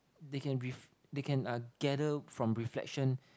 they can ref~ they can uh gather from reflection